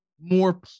more